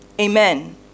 Amen